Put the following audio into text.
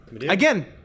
Again